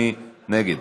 מי נגד?